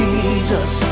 Jesus